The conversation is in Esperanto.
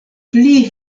pli